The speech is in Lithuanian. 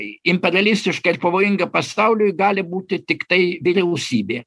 imperialistiška ir pavojinga pasauliui gali būti tiktai vyriausybė